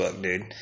dude